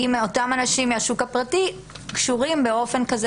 האם אותם אנשים מהשוק הפרטי קשורים באופן כזה